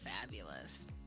fabulous